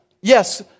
Yes